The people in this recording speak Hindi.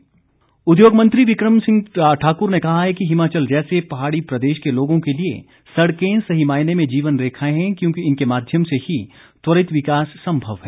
बिक्रम सिंह उद्योग मंत्री बिक्रम सिंह ठाकुर ने कहा है कि हिमाचल जैसे पहाड़ी प्रदेश के लोगों के लिए सड़कें सही मायने में जीवन रेखाएं हैं क्योंकि इनके माध्यम से ही त्वरित विकास संभव है